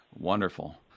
Wonderful